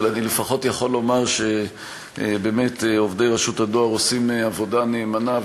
אבל אני לפחות יכול לומר שבאמת עובדי הדואר עושים עבודה נאמנה,